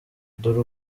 dore